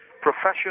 professional